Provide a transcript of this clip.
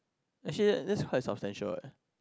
actually this quite substantial eh